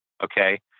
Okay